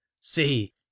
See